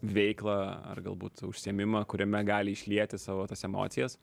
veiklą ar galbūt užsiėmimą kuriame gali išlieti savo tas emocijas